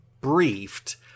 briefed